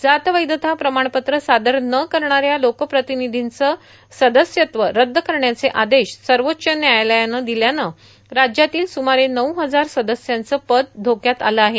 जात वैधता प्रमाणपत्र सादर न करणाऱ्या लोकप्रतिनिधींचं सदस्यत्व रद्द करण्याचे आदेश सर्वोच्च व्यायालयानं दिल्यानं राज्यातील स्रमारे नऊ हजार सदस्यांचं पद धोक्यात आलं आहे